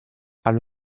allo